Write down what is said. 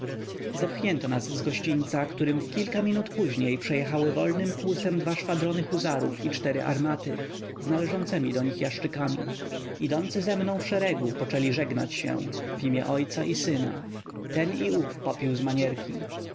zepchnięto nas z gościńca którym w kilka minut później przejechały wolnym kłusem dwa szwadrony huzarów i cztery armaty z należącemi do nich jaszczykami idący ze mną w szeregu poczęli żegnać się w imię ojca i syna ten i ów popił z manierki